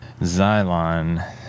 Xylon